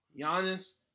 Giannis